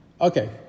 Okay